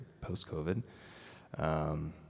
post-COVID